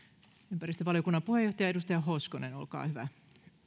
ympäristövaliokunnan puheenjohtaja edustaja hoskonen olkaa hyvä